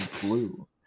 blue